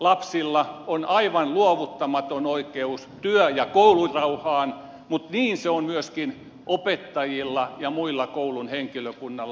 lapsilla on aivan luovuttamaton oikeus työ ja koulurauhaan mutta niin se on myöskin opettajilla ja muulla koulun henkilökunnalla